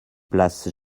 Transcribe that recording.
place